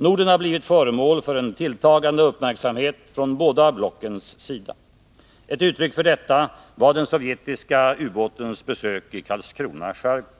Norden har blivit föremål för en tilltagande uppmärksamhet från båda blockens sida. Ett uttryck för detta var den sovjetiska ubåtens besök i Karlskrona skärgård.